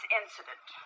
incident